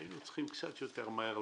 הייתם צריכים לעבוד קצת יותר מהר,